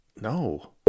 No